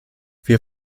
wir